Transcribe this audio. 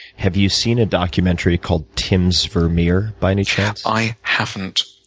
have you seen a documentary called tim's vermeer, by any chance? i haven't.